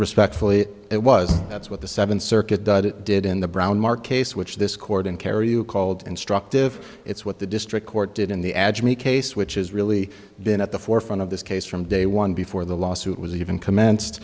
respectfully it was that's what the seventh circuit does it did in the brown mark case which this court in carey you called instructive it's what the district court did in the agony case which has really been at the forefront of this case from day one before the lawsuit was even commenced